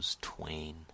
twain